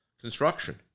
construction